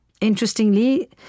interestingly